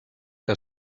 que